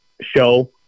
show